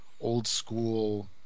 old-school